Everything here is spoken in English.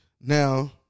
Now